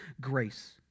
grace